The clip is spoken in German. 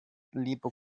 liebe